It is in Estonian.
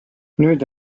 nüüd